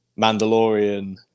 Mandalorian